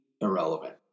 irrelevant